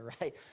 right